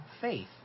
faith